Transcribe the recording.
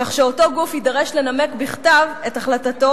כך שאותו גוף יידרש לנמק בכתב את החלטתו